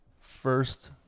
first